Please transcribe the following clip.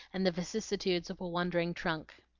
and the vicissitudes of a wandering trunk.